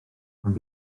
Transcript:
ond